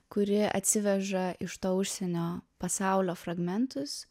kuri atsiveža iš užsienio pasaulio fragmentus